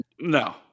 No